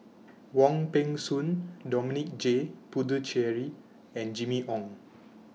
Wong Peng Soon Dominic J Puthucheary and Jimmy Ong